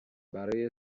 برای